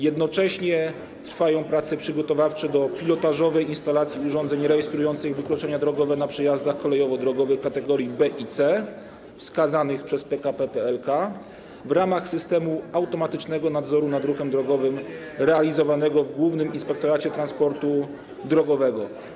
Jednocześnie trwają prace przygotowawcze do pilotażowej instalacji urządzeń rejestrujących wykroczenia drogowe na przejazdach kolejowo-drogowych kategorii B i C wskazanych przez PKP PLK w ramach systemu automatycznego nadzoru nad ruchem drogowym wykonywanego w Głównym Inspektoracie Transportu Drogowego.